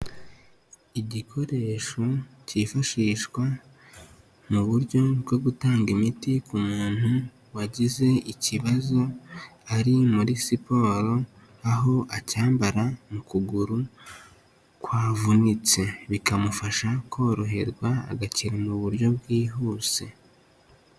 Igikoresho cyifashishwa mu buryo bwo gutanga imiti ku muntu wagize ikibazo ari muri siporo, aho acyambara mu kuguru kwavunitse bikamufasha koroherwa agakira mu buryo bwihuse.